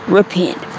repent